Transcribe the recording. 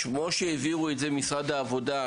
שכמו שהעבירו את זה ממשרד העבודה,